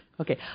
Okay